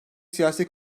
siyasi